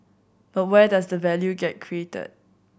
but where does the value get created